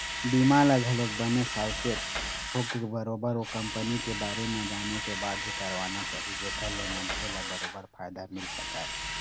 बीमा ल घलोक बने साउचेत होके बरोबर ओ कंपनी के बारे म जाने के बाद ही करवाना चाही जेखर ले मनखे ल बरोबर फायदा मिले सकय